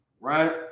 right